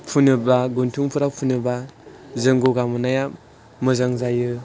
फुनोबा गन्थंफोराव फुनोबा जों गगा मोननाया मोजां जायो